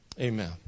Amen